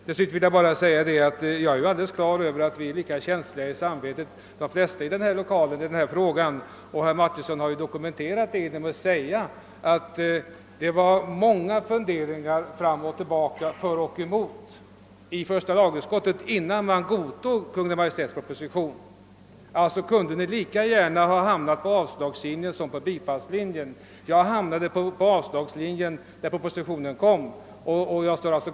Jag är på det klara med att de flesta i denna kammare har lika känsliga samveten som vi i denna fråga, och herr Martinsson har dokumenterat det genom att säga, att det i första lagutskottet var många funderingar fram och tillbaka innan man beslöt tillstyrka förslaget i Kungl. Maj:ts proposition. Alltså kunde ni lika gärna ha hamnat på avslagssom på bifallslinjen. Jag hamnade på avslagslinjen när propositionen lades fram, och jag står kvar där.